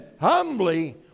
humbly